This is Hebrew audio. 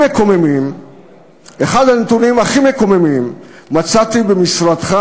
את אחד הנתונים הכי מקוממים מצאתי במשרדך,